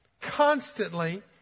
constantly